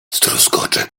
zdruzgoce